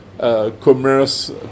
Commerce